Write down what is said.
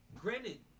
Granted